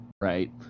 Right